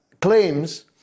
claims